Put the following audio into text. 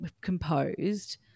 composed